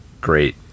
Great